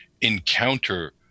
encounter